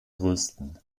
größten